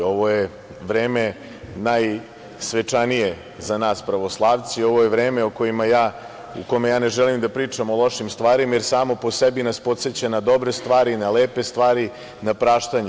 Ovo je vreme najsvečanije za nas pravoslavce i ovo je vreme u kome ja ne želim da pričam o lošim stvarima, jer samo po sebi nas podseća na dobre stvari, na lepe stvari, na praštanje.